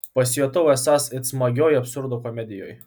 pasijutau esąs it smagioj absurdo komedijoj